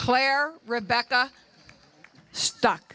claire rebecca stuck